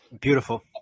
Beautiful